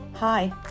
Hi